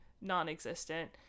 non-existent